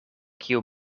kiu